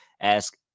ask